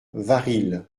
varilhes